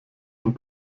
und